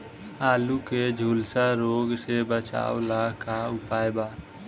आलू के झुलसा रोग से बचाव ला का उपाय बा?